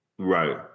Right